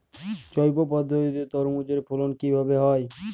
জৈব পদ্ধতিতে তরমুজের ফলন কিভাবে হয়?